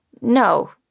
No